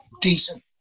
decent